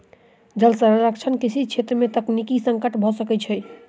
जल संरक्षण कृषि छेत्र में तकनीकी संकट भ सकै छै